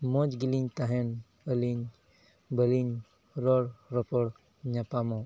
ᱢᱚᱡᱽ ᱜᱮᱞᱤᱧ ᱛᱟᱦᱮᱱ ᱟᱹᱞᱤᱧ ᱵᱟᱹᱞᱤᱧ ᱨᱚᱲ ᱨᱚᱯᱚᱲ ᱧᱟᱯᱟᱢᱟ